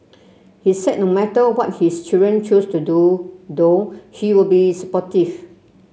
he said no matter what his children choose to do though he'll be supportive